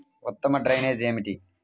ఉత్తమ డ్రైనేజ్ ఏమిటి?